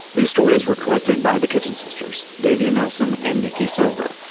these stories were collected by the kitchen sisters, davia nelson and nikki silva,